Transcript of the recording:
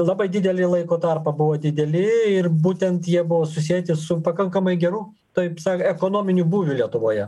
labai didelį laiko tarpą buvo dideli ir būtent jie buvo susieti su pakankamai gerų taip sako ekonominiu būviu lietuvoje